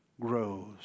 grows